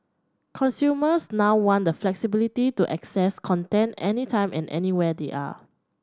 consumers now want the flexibility to access content any time and anywhere they are